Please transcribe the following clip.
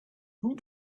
who